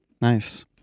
Nice